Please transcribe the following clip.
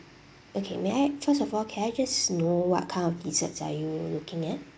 okay may I first of all can I just know what kind of desserts are you looking at